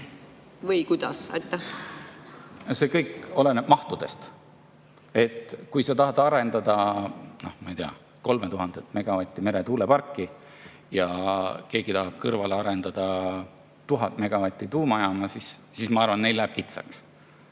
või kuidas? See kõik oleneb mahtudest. Kui sa tahad arendada, ma ei tea, 3000-megavatist meretuuleparki ja keegi tahab kõrval arendada 1000-megavatist tuumajaama, siis ma arvan, et läheb kitsaks.